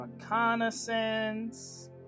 reconnaissance